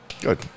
Good